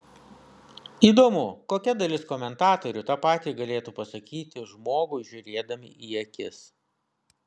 įdomu kokia dalis komentatorių tą patį galėtų pasakyti žmogui žiūrėdami į akis